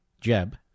Jeb